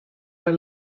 are